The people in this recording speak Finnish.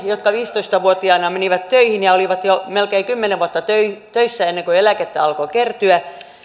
jotka viisitoista vuotiaana menivät töihin ja olivat jo melkein kymmenen vuotta töissä töissä ennen kuin eläkettä alkoi kertyä